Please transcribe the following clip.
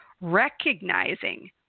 recognizing